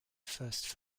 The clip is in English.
first